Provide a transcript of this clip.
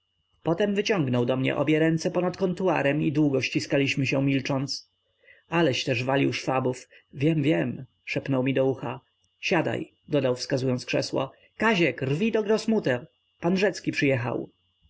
potem wyciągnął do mnie obie ręce ponad kontuarem i długo ściskaliśmy się milcząc aleś też walił szwabów wiem wiem szepnął mi do ucha siadaj dodał wskazując krzesło kaziek rwij do grossmutter pan rzecki przyjechał